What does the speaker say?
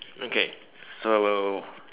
okay so I will